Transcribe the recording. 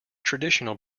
traditional